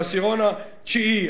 שהעשירונים התשיעי,